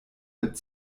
mit